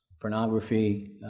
pornography